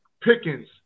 Pickens